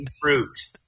Fruit